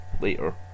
later